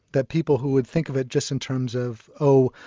that people who would think of it just in terms of oh,